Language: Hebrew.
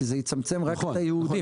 כי זה יצמצם את הייעודים.